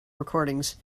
recordings